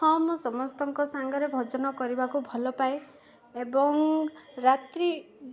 ହଁ ମୁଁ ସମସ୍ତଙ୍କ ସାଙ୍ଗରେ ଭୋଜନ କରିବାକୁ ଭଲ ପାଏ ଏବଂ ରାତ୍ରି